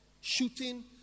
shooting